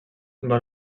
van